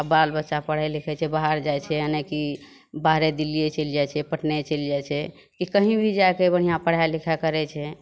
आब बाल बच्चा पढ़ै लिखै छै बाहर जाइ छै यानि कि बाहरे दिल्लीये चैल जाइ छै पटने चैल जाइ छै कि कही भी जाइके बढ़िआँ पढ़ै लिखै करै छै